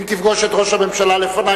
אם תפגוש את ראש הממשלה לפני,